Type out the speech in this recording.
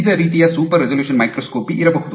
ವಿವಿಧ ರೀತಿಯ super resolution microscopy ಇರಬಹುದು